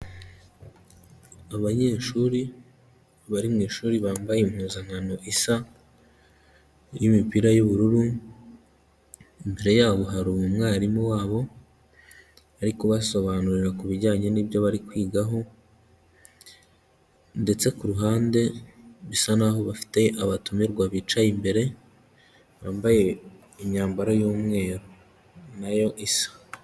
Abanyeshuri bari mu ishuri bambaye impuzankano isa y'imipira y'ubururu, imbere yabo hari umwarimu wabo ari kubasobanurira ku bijyanye n'ibyo bari kwigaho, ndetse ku ruhande bisa naho bafite abatumirwa bicaye imbere, bambaye imyambaro y'umweru na yo isa.